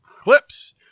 Clips